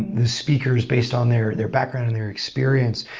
the speakers based on their their background and their experience,